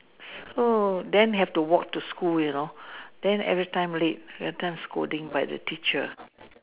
oh then have to walk to school you know then every time late every time scolding by the teacher